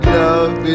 love